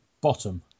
Bottom